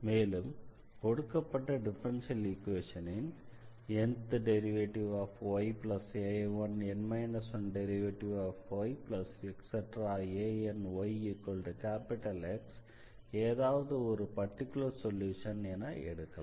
மேலும் கொடுக்கப்பட்ட டிஃபரன்ஷியல் ஈக்வேஷனின் dnydxna1dn 1ydxn 1anyX ஏதாவது ஒரு பர்டிகுலர் சொல்யூஷனை எடுக்கலாம்